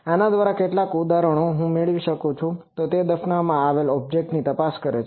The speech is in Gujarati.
આના દ્વારા કેટલાક ઉદાહરણો હું મેળવી શકું છું તે દફનાવવામાં આવેલ ઓબ્જેક્ટની તપાસ છે